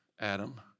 Adam